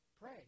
pray